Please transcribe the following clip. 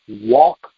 walk